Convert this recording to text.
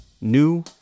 New